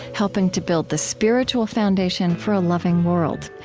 helping to build the spiritual foundation for a loving world.